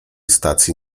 stacji